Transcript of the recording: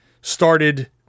started